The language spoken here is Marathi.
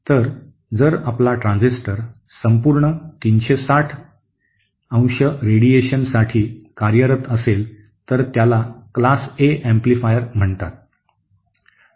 तर जर आपला ट्रान्झिस्टर संपूर्ण 360 डिग्री रेडिएशनसाठी कार्यरत असेल तर त्याला क्लास ए एम्पलीफायर म्हणतात